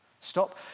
Stop